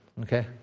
Okay